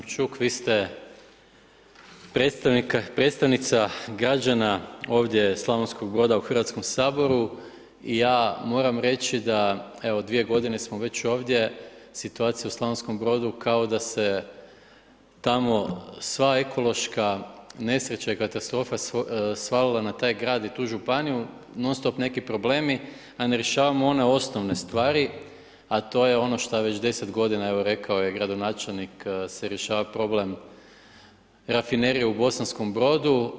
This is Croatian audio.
Kolegice Maksimčuk, vi ste predstavnica građana ovdje Slavonskog Broda u Hrvatskom saboru i ja moram reći da evo dvije godine smo već ovdje, situacija u Slavonskom Brodu kao da se tamo sva ekološka nesreća i katastrofa svalila na taj grad i tu županiju, non stop neki problemi, a ne rješavamo one osnovne stvari, a to je ono što već deset godina evo rekao je gradonačelnik se rješava problem Rafinerije u Bosanskom Brodu.